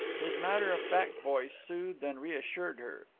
his matter-of-fact voice soothed and reassured her.